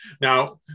Now